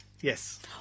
Yes